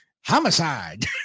homicide